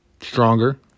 stronger